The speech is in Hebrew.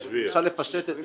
אם אפשר לפשט את זה.